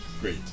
great